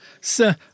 sir